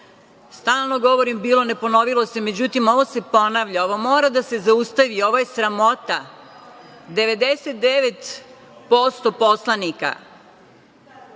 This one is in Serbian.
Stalno govorim – bilo ne ponovilo se, međutim, ovo se ponavlja, ovo mora da se zaustavi, ovo je sramota. Devedeset i